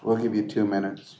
we'll have you two minutes